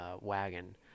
wagon